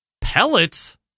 Pellets